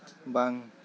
ᱵᱟᱝ